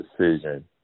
decision